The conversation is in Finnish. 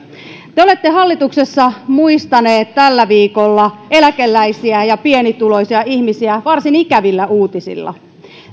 te olette hallituksessa muistaneet tällä viikolla eläkeläisiä ja pienituloisia ihmisiä varsin ikävillä uutisilla